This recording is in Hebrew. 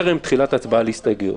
טרם תחילת ההצבעה על ההסתייגויות,